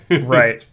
Right